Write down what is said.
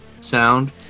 sound